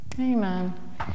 Amen